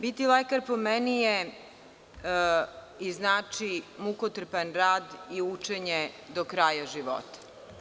Biti lekar po meni znači mukotrpan rad i učenje do kraja života.